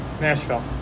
nashville